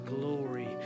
glory